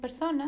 personas